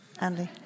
Andy